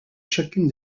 chacune